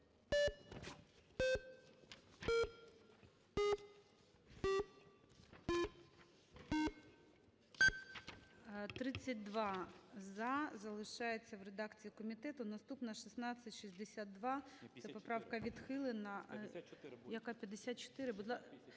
За-32 Залишається в редакції комітету. Наступна – 1662. Ця поправка відхилена.